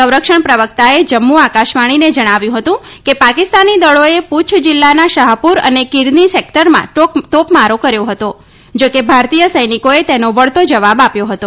સંરક્ષણ પ્રવક્તાએ જમ્મુ આકાશવાણીને જણાવ્યું હતું કે પાકિસ્તાની દળોએ પૂંછ જિલ્લાના શાહપુર અને કિર્તી સેક્ટરમાં તોપમારો કર્યો હતો જાકે ભારતીય સૈનિક્રોએ તેનો વળતો જવાબ આપ્યો હતો